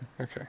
Okay